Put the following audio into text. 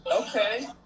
Okay